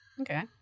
Okay